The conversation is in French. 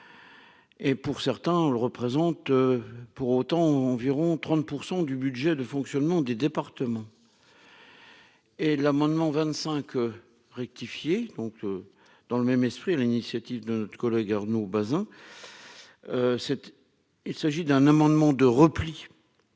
Et pour certains le représente, pour autant, environ 30 % du budget de fonctionnement des départements. Et l'amendement 25 rectifié donc dans le même esprit, à l'initiative de notre collègue Arnaud Bazin, il s'agit d'un amendement de repli